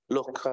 Look